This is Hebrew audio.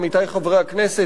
עמיתי חברי הכנסת,